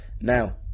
now